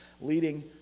leading